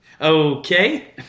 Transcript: Okay